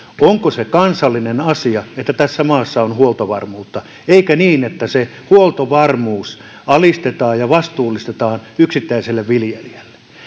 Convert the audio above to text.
onko se kansallinen asia että tässä maassa on huoltovarmuutta eikä niin että se huoltovarmuus alistetaan ja vastuullistetaan yksittäiselle viljelijälle